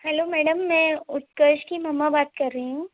hello madam मैं उत्कर्ष की मम्मा बात कर रही हूँ